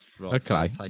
Okay